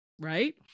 Right